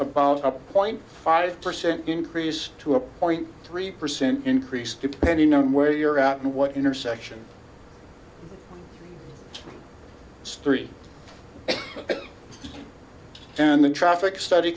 about a point five percent increase to a point three percent increase depending on where you're out and what intersection it's three and the traffic study